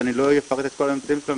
שאני לא אפרט את כל הנתונים שלו,